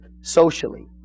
socially